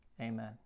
amen